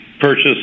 purchase